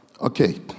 okay